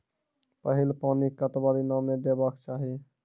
पहिल पानि कतबा दिनो म देबाक चाही?